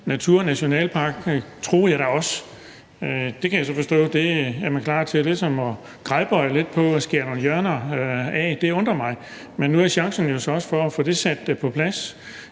naturnationalparker, troede jeg da. Det kan jeg så forstå man er klar til ligesom at gradbøje lidt og skære nogle hjørner af. Det undrer mig. Men nu er chancen der jo så for at få det sat på plads.